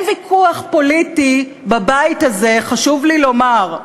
אין ויכוח פוליטי בבית הזה, חשוב לי לומר,